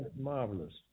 marvelous